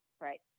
right